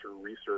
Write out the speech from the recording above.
research